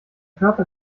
körper